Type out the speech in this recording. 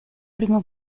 primo